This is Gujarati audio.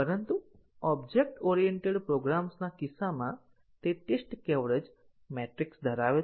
પરંતુ ઓબ્જેક્ટ ઓરિએન્ટેડ પ્રોગ્રામ્સના કિસ્સામાં તે ટેસ્ટ કવરેજ મેટ્રિક્સ ધરાવે છે